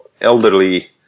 elderly